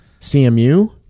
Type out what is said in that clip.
CMU